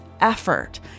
effort